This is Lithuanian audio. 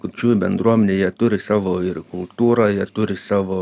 kurčiųjų bendruomenė jie turi savo ir kultūrą jie turi savo